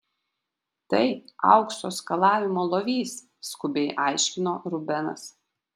tai aukso skalavimo lovys skubiai aiškino rubenas